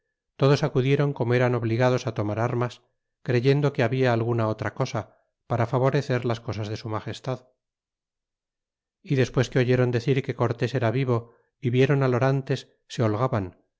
todos acudieron como eran obligados tomar armas creyendo que habla alguna otra cosa para favorecer las cosas de su magestad y despues que oyeron decir que cortés era vivo é vieron al orantes se holgaban